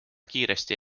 kiiresti